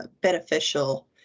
beneficial